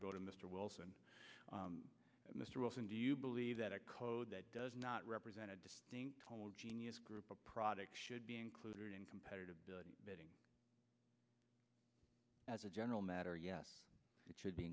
to go to mr wilson and mr wilson do you believe that a code that does not represent a distinct homogeneous group of products should be included in competitive bidding as a general matter yes it should be